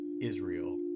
Israel